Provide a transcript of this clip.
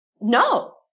no